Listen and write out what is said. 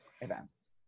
events